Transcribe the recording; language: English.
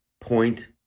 point